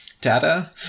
data